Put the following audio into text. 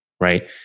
right